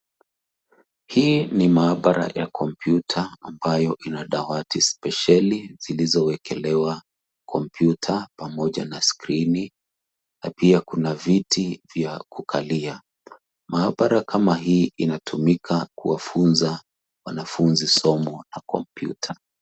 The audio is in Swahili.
Hii ni maabara ya kompyuta ambayo ina dawati spesheli zilizowekelewa kompyuta pamoja na skirini, na pia kuna viti vya kukalia. Maabara kama hii inatumika kuwafunza wanafunzi somo la kompyuta.